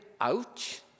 ouch